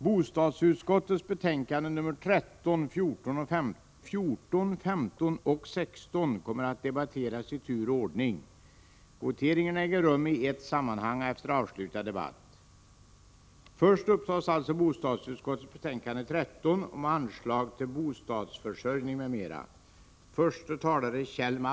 Bostadsutskottets betänkanden 13, 14, 15 och 16 kommer att debatteras i tur och ordning. Voteringarna äger rum i ett sammanhang efter avslutad debatt. Först upptas alltså bostadsutskottets betänkande 13 om anslag till bostadsförsörjning m.m.